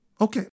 Okay